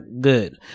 good